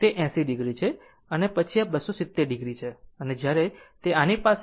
કે આ એક 80 o છે પછી આ 270 o છે અને જ્યારે તે આની પાસે આવશે ત્યારે તે 360 o છે